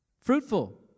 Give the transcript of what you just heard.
Fruitful